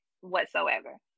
whatsoever